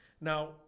Now